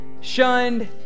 shunned